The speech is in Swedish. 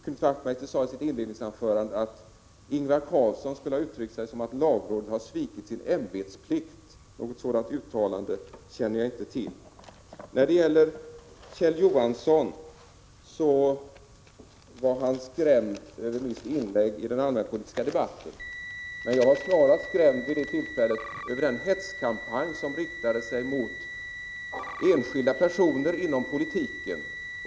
Knut Wachtmeister sade i sitt inledningsanförande att Ingvar Carlsson skulle ha ansett att lagrådet har svikit sin ämbetsplikt. Något sådant uttalande känner jag inte till. Kjell Johansson var skrämd över mitt inlägg i den allmänpolitiska debatten. Jag var snarare själv skrämd vid det tillfället över den hetskampanj som riktade sig emot enskilda personer inom politiken.